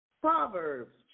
Proverbs